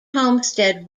homestead